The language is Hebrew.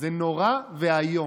זה נורא ואיום.